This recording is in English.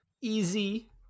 easy